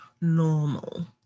normal